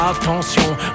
attention